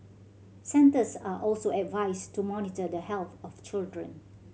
centres are also advised to monitor the health of children